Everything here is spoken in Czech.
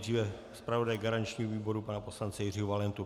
Nejdříve zpravodaje garančního výboru pana poslance Jiřího Valentu.